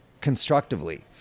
constructively